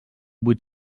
vuit